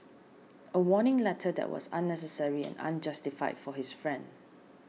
a warning letter that was unnecessary and unjustified for his friend